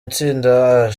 itsinda